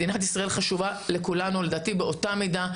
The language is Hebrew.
מדינת ישראל חשובה לכולנו באותה מידה,